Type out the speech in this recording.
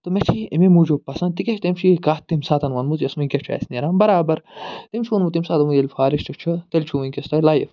تہٕ مےٚ چھِ یہِ اَمی موٗجوٗب پسنٛد تِکیٛازِ تٔمۍ چھِ یہِ کتھ تَمہِ ساتہٕ ووٚنمُت یُس وٕنۍکٮ۪س چھُ اَسہِ نیران برابر تٔمۍ چھُ ووٚنمُت تَمہِ ساتہٕ وۄنی ییٚلہِ فارٮ۪سٹ چھُ تیٚلہِ چھِ وٕنۍکٮ۪س تۄہہِ لایِف